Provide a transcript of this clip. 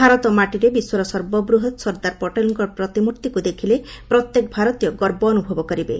ଭାରତ ମାଟିରେ ବିଶ୍ୱର ସର୍ବବୃହତ୍ ସର୍ଦ୍ଦାର ପଟେଲ୍ଙ୍କ ପ୍ରତିମର୍ଭିକ୍ ଦେଖିଲେ ପ୍ରତ୍ୟେକ ଭାରତୀୟ ଗର୍ବ ଅନୁଭବ କରିବେ